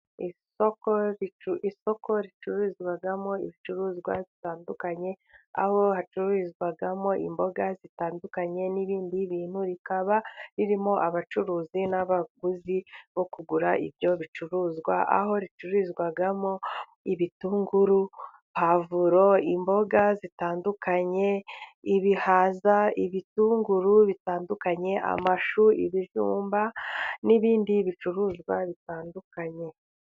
Isoko ricururizwamo ibicuruzwa bitandukanye, aho hacururizwamo imboga zitandukanye n'ibindi bintu, rikaba ririmo abacuruzi n'abaguzi bo kugura ibyo bicuruzwa, aho ricururizwamo ibitunguru, pavuro, imboga zitandukanye, ibihaza, ibitunguru bitandukanye, amashu, ibijumba n'ibindi bicuruzwa bitandukanye.